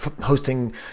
hosting